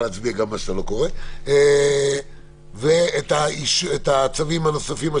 הצבעה על השינוי בצווים הנוספים.